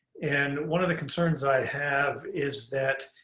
and one of the concerns i have is that